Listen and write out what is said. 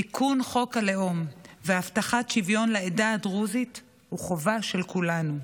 תיקון חוק הלאום והבטחת שוויון לעדה הדרוזית הוא חובה של כולנו.